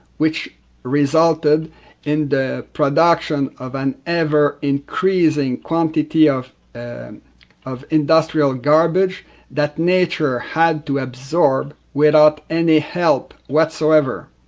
which resulted in the production of an ever-increasing quantity of and of industrial garbage that nature had to absorb without any help whatsoever.